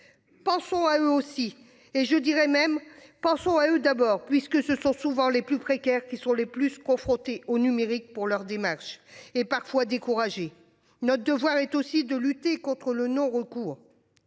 Pensons à eux aussi et je dirais même, pensons à eux d'abord puisque ce sont souvent les plus précaires qui sont les plus confrontés au numérique pour leur démarche et parfois découragés. Notre devoir est aussi de lutter contre le non recours.